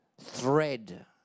thread